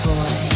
Boy